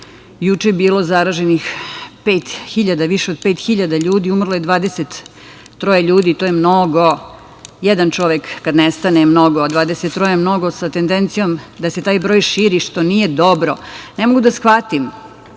juče je bilo zaraženo više od pet hiljada ljudi, umrlo je 23, to je mnogo, jedan čovek kad nestane je mnogo a 23 je mnogo, sa tendencijom da se taj broj širi, što nije dobro. Ne mogu da shvatim